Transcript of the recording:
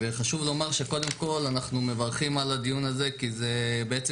חשוב לומר שקודם כל אנחנו מברכים על הדיון הזה כי זה בעצם